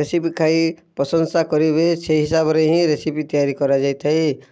recipe ଖାଇ ପ୍ରଶଂସା କରିବେ ସେଇ ହିସାବରେ ହିଁ ରେସିପି ତିଆରି କରାଯାଇଥାଏ